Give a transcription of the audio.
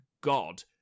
god